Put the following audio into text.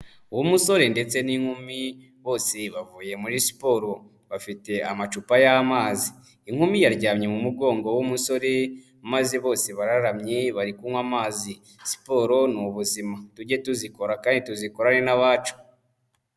Umusore ndetse n'inkumi bose bavuye muri siporo, bafite amacupa y'amazi, inkumi yaryamye mu mugongo w'umusore maze bose barararamye bari kunywa amazi, siporo ni ubuzima tujye tuzikora kandi tuzikorane n'abacu.